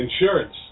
insurance